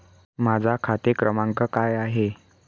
माझा खाते क्रमांक काय आहे?